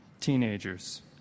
Teenagers